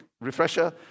refresher